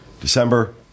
December